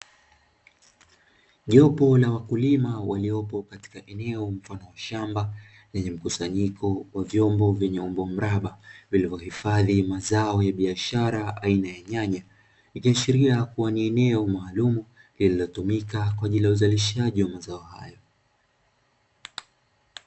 Jopo la wakulima waliopo katika eneo mfano wa shamba lenye mkusanyiko wa vyombo vyenye umbo mraba vilivyohifadhi mazao ya biashara aina ya nyanya. Ikiashiria kuwa ni eneo maalum lililotumika kwa ajili ya uzalishaji wa mazao hayo.